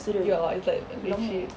ya it's like legit